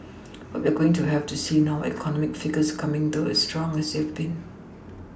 what we're going to have to see now are economic figures coming through as strong as they have been